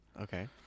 Okay